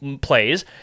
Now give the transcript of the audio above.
plays